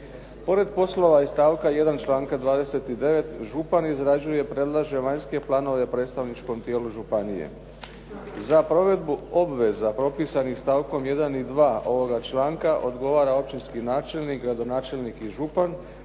Pored poslova iz stavka 1. članka 29. župan izrađuje i predlaže vanjske planove predstavničkom tijelu županije. Za provedbu obveza propisanih stavkom 1. i 2. ovoga članka odgovara općinski načelnik, gradonačelnik i župan,